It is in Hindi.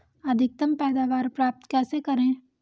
अधिकतम पैदावार प्राप्त कैसे करें?